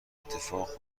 اتفاقای